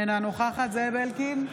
אינה נוכחת זאב אלקין,